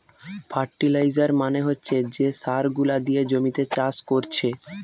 fertiliser মানে হচ্ছে যে সার গুলা দিয়ে জমিতে চাষ কোরছে